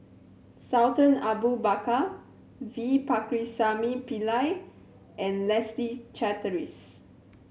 Sultan Abu Bakar V Pakirisamy Pillai and Leslie Charteris